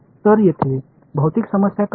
எனவே இங்கே பிஸிக்கல் என்ன